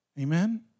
Amen